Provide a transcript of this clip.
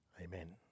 Amen